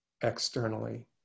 externally